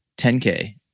10K